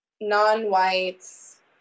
non-whites